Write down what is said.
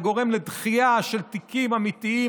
זה גורם לדחייה של תיקים אמיתיים,